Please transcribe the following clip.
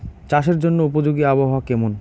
চাষের জন্য উপযোগী আবহাওয়া কেমন?